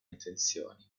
intenzioni